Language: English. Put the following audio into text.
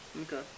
Okay